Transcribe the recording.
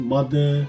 Mother